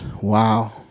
wow